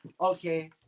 Okay